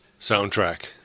soundtrack